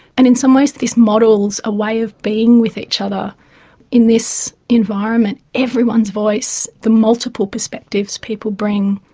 and in some ways this model is a way of being with each other in this environment. everyone's voice, the multiple perspectives people bring,